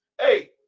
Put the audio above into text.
Hey